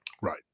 right